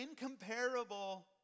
incomparable